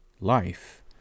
life